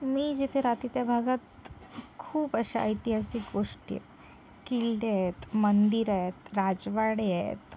मी जिथे राहते त्या भागात खूप अशा ऐतिहासिक गोष्टी आहेत किल्ले आहेत मंदिरं आहेत राजवाडे आहेत